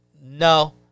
No